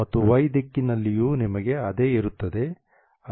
ಮತ್ತು y ದಿಕ್ಕಿನಲ್ಲಿಯೂ ನಿಮಗೆ ಅದೇ ಇರುತ್ತದೆ